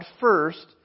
first